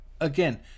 Again